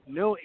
no